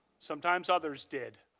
sometimes others did.